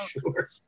sure